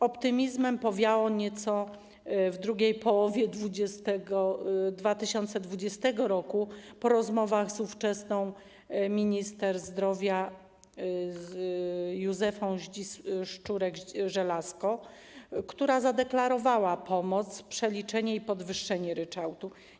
Optymizmem powiało nieco w drugiej połowie 2020 r. po rozmowach z ówczesną minister zdrowia Józefą Szczurek-Żelazko, która zadeklarowała pomoc, przeliczenie i podwyższenie ryczałtu.